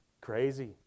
crazy